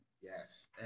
Yes